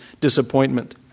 disappointment